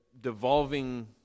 devolving